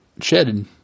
shedded